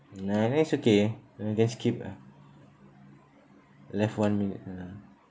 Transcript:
nah then it's okay mm just skip ah left one minute ah